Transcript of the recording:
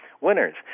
winners